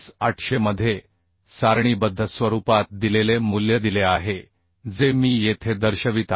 800 मध्ये सारणीबद्ध स्वरूपात दिलेले मूल्य दिले आहे जे मी येथे दर्शवित आहे